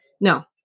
no